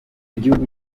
gihugu